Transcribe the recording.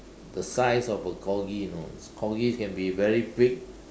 the size of a Corgi you know Corgis can be very big